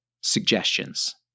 suggestions